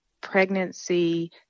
pregnancy